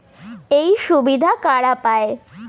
এই সুবিধা কারা পায়?